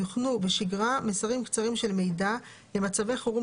יוכנו בשגרה מסרים קצרים של מידע למצבי חירום